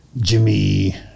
Jimmy